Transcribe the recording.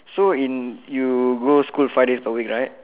so in you go school five days per week right